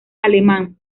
alemán